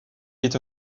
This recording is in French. est